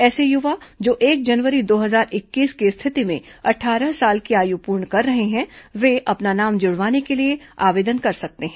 ऐसे युवा जो एक जनवरी दो हजार इक्कीस की स्थिति में अट्ठारह साल की आयु पूर्ण कर रहे हैं वे अपना नाम जुड़वाने के लिए आवेदन कर सकते हैं